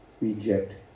reject